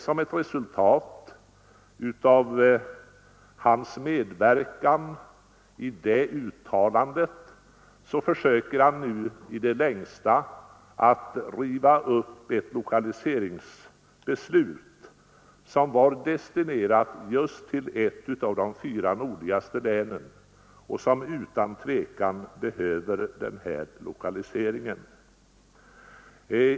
Som ett resultat av sin medverkan i det uttalandet försöker han nu i det längsta riva upp ett lokaliseringsbeslut som var destinerat just till ett av de fyra nordligaste länen, som utan tvivel behöver den här lokaliseringen.